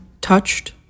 touched